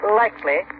likely